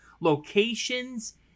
locations